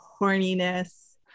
horniness